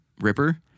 Ripper